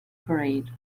parade